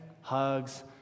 hugs